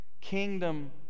Kingdom